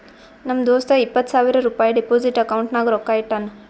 ನಮ್ ದೋಸ್ತ ಇಪ್ಪತ್ ಸಾವಿರ ರುಪಾಯಿ ಡೆಪೋಸಿಟ್ ಅಕೌಂಟ್ನಾಗ್ ರೊಕ್ಕಾ ಇಟ್ಟಾನ್